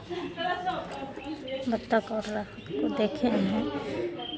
बत्तख और रह को देखे हैं